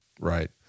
Right